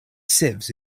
sieves